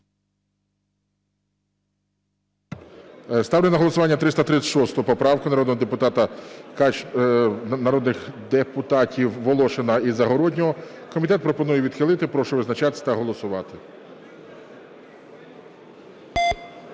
Ставлю на голосування 337 поправку народних депутатів Волошина, Загороднього. Комітет пропонує відхилити. Прошу визначатись та голосувати.